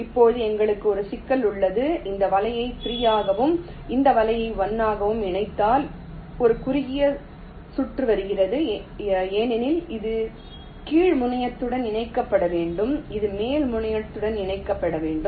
இப்போது எங்களுக்கு ஒரு சிக்கல் உள்ளது இந்த வலையை 3 ஆகவும் இந்த வலையை 1 ஆகவும் இணைத்தால் ஒரு குறுகிய சுற்று வருகிறது ஏனெனில் இது கீழ் முனையத்துடன் இணைக்கப்பட வேண்டும் இது மேல் முனையத்துடன் இணைக்கப்பட வேண்டும்